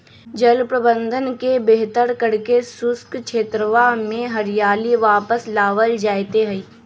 जल प्रबंधन के बेहतर करके शुष्क क्षेत्रवा में हरियाली वापस लावल जयते हई